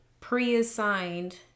pre-assigned